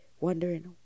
wondering